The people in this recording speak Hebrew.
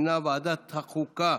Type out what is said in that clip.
שהיא ועדת החוקה,